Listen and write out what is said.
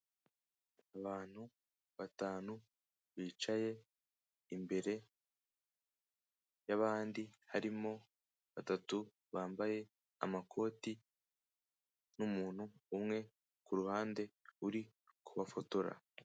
Abantu batanu bicaye imbere y'abandi harimo batatu bambaye amakoti, n'umuntu umwe kuruhande uri kubafotora.